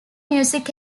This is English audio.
music